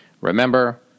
Remember